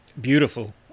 beautiful